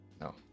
No